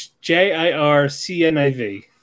J-I-R-C-N-I-V